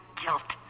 guilt